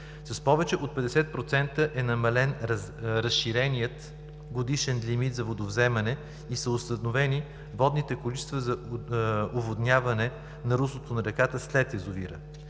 С повече от 50% е намален разширеният годишен лимит за водовземане и са установени водните количества за оводняване на руслото на реката след язовира.